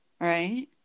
Right